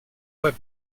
web